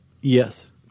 Yes